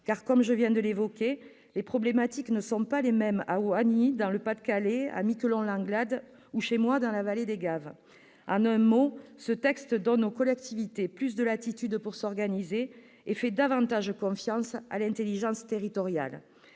car, comme je viens de l'évoquer, les problématiques ne sont pas les mêmes à Oignies, dans le Pas-de-Calais, à Miquelon-Langlade, ou chez moi, dans la vallée des Gaves. En un mot, ce texte donne aux collectivités plus de latitude pour s'organiser et fait davantage confiance à l'intelligence territoriale.